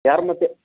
யாரும்மா